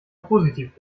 positiv